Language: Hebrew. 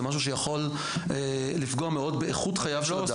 זה משהו שיכול לפגוע מאוד באיכות חייו של אדם.